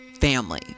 family